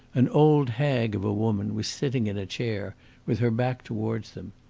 an old hag of a woman was sitting in a chair with her back towards them.